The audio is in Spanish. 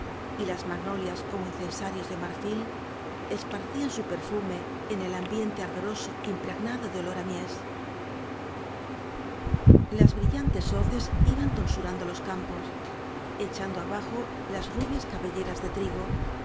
y las magnolias como incen sarios de marfil esparcían su perfume en el ambiente ardoroso impregnado de olor de mies las brillantes hoces iban tonsurando los campos echando abajo las rubias cabelleras de trigo